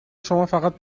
شمافقط